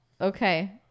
Okay